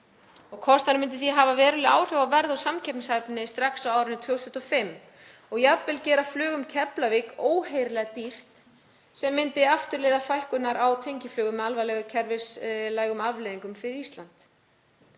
Kostnaðurinn myndi því hafa veruleg áhrif á verð og samkeppnishæfni strax á árinu 2025 og jafnvel gera flug um Keflavík óheyrilega dýrt sem myndi aftur leiða til fækkunar á tengiflugi með alvarlegum kerfislægum afleiðingum fyrir Ísland.